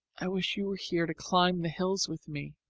i wish you were here to climb the hills with me.